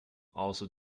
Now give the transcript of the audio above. also